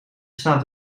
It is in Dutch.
staat